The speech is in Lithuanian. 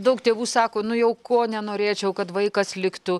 daug tėvų sako nu jau ko nenorėčiau kad vaikas liktų